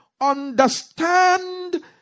understand